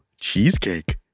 cheesecake